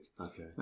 Okay